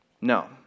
No